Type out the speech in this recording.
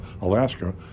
Alaska